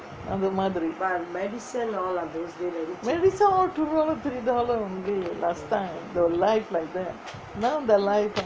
அந்த மாதிரி:antha mathiri medicine all two dollar three dollar only last time the life like that now the life ah